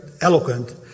eloquent